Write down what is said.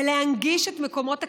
ולהנגיש את מקומות הכליאה.